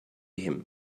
him